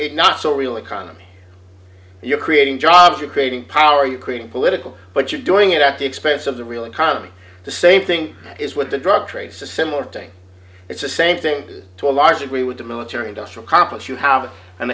a not so real economy you're creating jobs you're creating power you create political but you're doing it at the expense of the real economy the same thing is with the drug trade system of doing it's the same thing to a large degree with the military industrial complex you have an